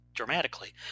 Dramatically